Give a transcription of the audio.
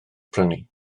prynu